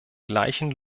gleichen